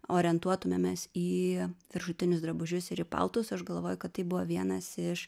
orientuotumėmės į viršutinius drabužius ir į paltus aš galvoju kad tai buvo vienas iš